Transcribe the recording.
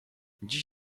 dziś